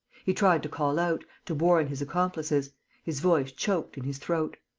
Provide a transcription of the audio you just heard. he tried to call out, to warn his accomplices his voice choked in his throat.